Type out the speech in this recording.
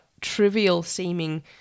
trivial-seeming